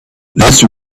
this